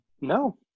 No